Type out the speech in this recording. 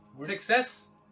Success